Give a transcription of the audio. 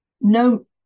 no